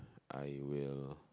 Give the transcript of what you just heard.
I will